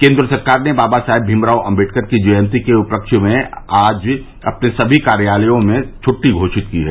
केंद्र सरकार ने बाबा साहेब भीमराव आम्बेडकर की जयंती के उपलक्ष्य में आज अपने सभी कार्यालयों में छट्टी घोषित की है